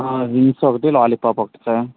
wings ఒకటి lollipop ఒకటి sir